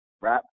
wrap